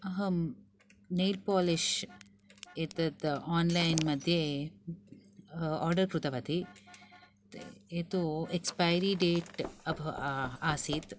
अहं nail polish एतत् online मध्ये आर्डर् कृतवती एतत् एक्स्पायरी डेट् अभ आसीत्